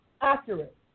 accurate